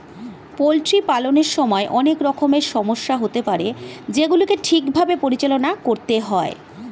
poultry পালনের সময় অনেক রকমের সমস্যা হতে পারে যেগুলিকে ঠিক ভাবে পরিচালনা করতে হয়